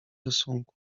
rysunku